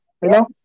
Hello